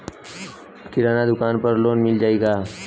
किराना दुकान पर लोन मिल जाई का?